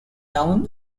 down